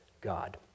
God